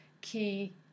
key